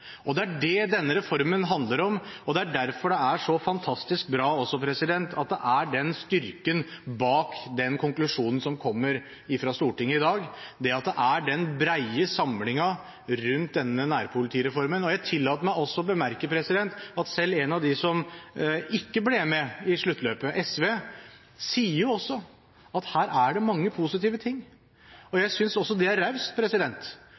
innenfor. Det er det denne reformen handler om, og det er derfor det er så fantastisk bra at det er styrke bak den konklusjonen som kommer fra Stortinget i dag, det at det er den brede samlingen rundt denne nærpolitireformen. Jeg tillater meg også å bemerke at selv en av dem som ikke ble med i sluttløpet, SV, sier også at her er det mange positive ting. Jeg synes også det er raust,